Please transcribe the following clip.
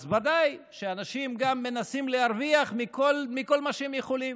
אז ודאי שאנשים גם מנסים להרוויח מכל מה שהם יכולים.